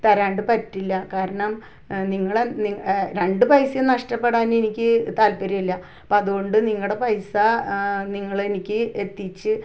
തരാണ്ട് പറ്റില്ല കാരണം നിങ്ങളുടെ നിങ്ങ രണ്ട് പൈസയും നഷ്ട്ടപെടാൻ എനിക്ക് താത്പര്യമില്ല അപ്പോൾ അതുകൊണ്ട് നിങ്ങളുടെ പൈസ നിങ്ങൾ എനിക്ക് എത്തിച്ച്